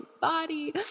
body